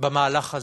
במהלך הזה: